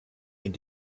and